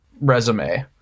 resume